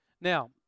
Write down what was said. Now